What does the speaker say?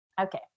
Okay